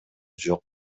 жок